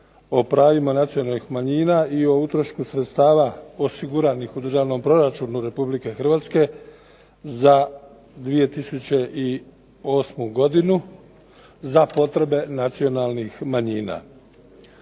o pravima nacionalnih manjina i o utrošku sredstava osiguranih u Državnom proračunu Republike Hrvatske za 2008. godinu za potrebe nacionalnih manjina.